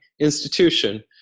institution